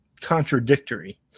contradictory